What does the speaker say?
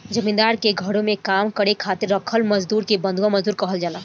जमींदार के घरे काम करे खातिर राखल मजदुर के बंधुआ मजदूर कहल जाला